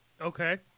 Okay